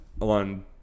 on